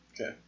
Okay